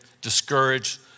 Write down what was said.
discouraged